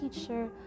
teacher